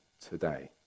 today